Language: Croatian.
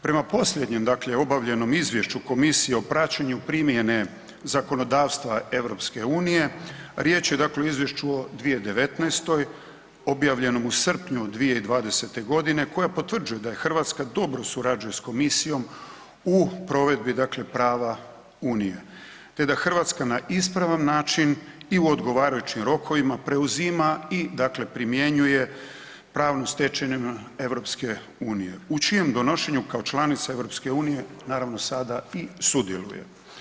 Prema posljednjem dakle obavljenom izvješću komisije o praćenju primjene zakonodavstva EU riječ je dakle o izvješću o 2019., objavljenom u srpnju 2020. godine koja potvrđuje da Hrvatska dobro surađuje s komisijom u provedbi dakle prava unije te da Hrvatska na ispravan način i u odgovarajućim rokovima preuzima i dakle primjenjuje pravnu stečevinu EU u čijem donošenju kao članica EU naravno sada i sudjeluje.